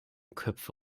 köpfe